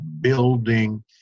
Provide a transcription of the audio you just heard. building